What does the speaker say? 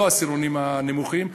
לא העשירונים הנמוכים.